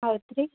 ಹೌದು ರೀ